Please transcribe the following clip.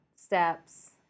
steps